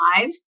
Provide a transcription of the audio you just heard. lives